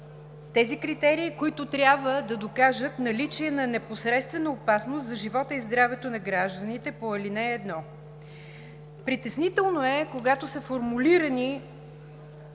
тези критерии, които трябва да докажат наличие на непосредствена опасност за живота и здравето на гражданите по ал. 1? Притеснително е, когато са формулирани